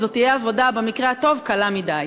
זו תהיה עבודה, במקרה הטוב, קלה מדי.